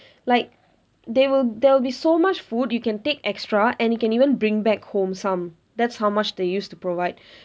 like there will there will be so much food you can take extra and you can even bring back home some that's how much they used to provide